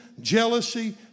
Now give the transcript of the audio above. jealousy